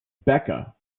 becca